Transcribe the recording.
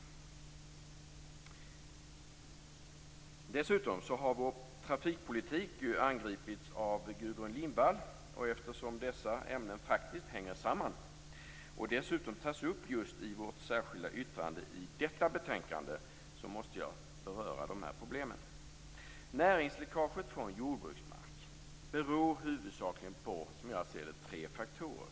Dessutom har vår trafikpolitik angripits av Gudrun Lindvall, och eftersom dessa ämnen faktiskt hänger samman och tas upp i vårt särskilda yttrande i detta betänkande, måste beröra de här problemen. Näringsläckaget från jordbruksmark beror huvudsakligen, som jag ser det, på tre faktorer.